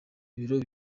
biro